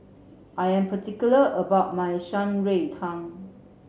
I am particular about my Shan Rui Tang